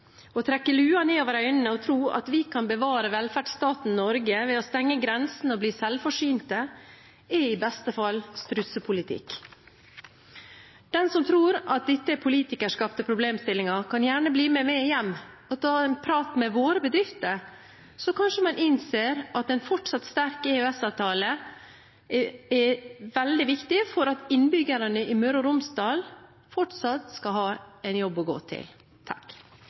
Å trekke lua ned over øynene og tro at vi kan bevare velferdsstaten Norge ved å stenge grensene og bli selvforsynt, er i beste fall strutsepolitikk. Den som tror at dette er politikerskapte problemstillinger, kan gjerne bli med meg hjem og ta en prat med våre bedrifter, så innser man kanskje at en fortsatt sterk EØS-avtale er veldig viktig for at innbyggerne i Møre og Romsdal fortsatt skal ha en jobb å gå til.